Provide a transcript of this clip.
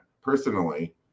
personally